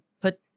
put